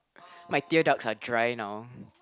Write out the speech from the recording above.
my teardrops are dry now